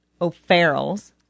O'Farrell's